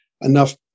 enough